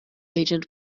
agent